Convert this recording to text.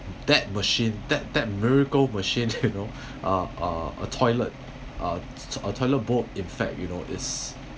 that machine that that miracle machine you know uh a toilet uh a toilet bowl in fact you know is